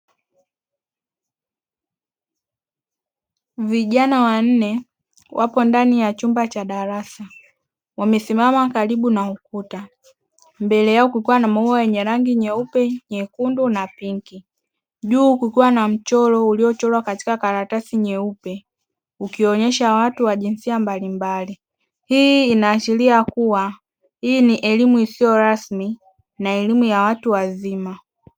Vijana wanne wapo ndani ya chumba cha darasa wamesimama karibu na ukuta mbele yao kulikuwa na maua yenye rangi nyeupe, nyekundu na pinki juu kukiwa na mchoro uliochorwa katika karatasi nyeupe ukionyesha watu wa jinsia mbalimbali, hii inaashiria kuwa hii ni elimu isiyo rasmi na elimu ya watu wazima.